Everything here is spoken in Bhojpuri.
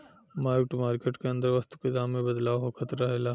मार्क टू मार्केट के अंदर वस्तु के दाम में बदलाव होखत रहेला